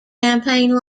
campaign